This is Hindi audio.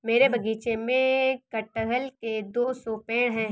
मेरे बगीचे में कठहल के दो सौ पेड़ है